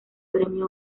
premio